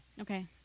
Okay